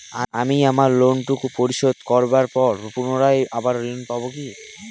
আমি আমার লোন টুকু পরিশোধ করবার পর পুনরায় আবার ঋণ পাবো কি?